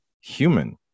human